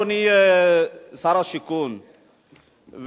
אדוני שר השיכון,